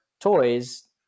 toys